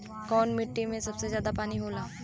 कौन मिट्टी मे सबसे ज्यादा पानी होला?